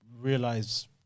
realize